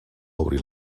obrir